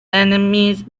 enemies